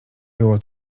było